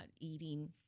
eating